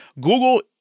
Google